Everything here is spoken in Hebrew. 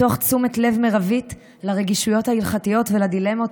מתוך תשומת לב מרבית לרגישויות ההלכתיות ולדילמות